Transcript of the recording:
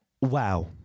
wow